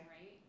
right